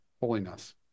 holiness